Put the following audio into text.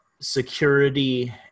security